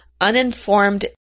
uninformed